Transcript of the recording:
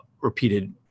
repeated